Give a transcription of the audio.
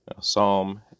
Psalm